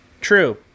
true